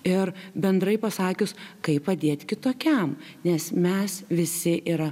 ir bendrai pasakius kaip padėt kitokiam nes mes visi yra